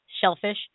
shellfish